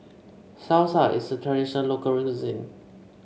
Salsa is a traditional local cuisine